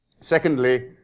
Secondly